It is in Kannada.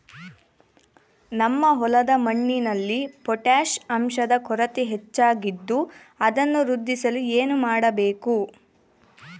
ನಮ್ಮ ಹೊಲದ ಮಣ್ಣಿನಲ್ಲಿ ಪೊಟ್ಯಾಷ್ ಅಂಶದ ಕೊರತೆ ಹೆಚ್ಚಾಗಿದ್ದು ಅದನ್ನು ವೃದ್ಧಿಸಲು ಏನು ಮಾಡಬೇಕು?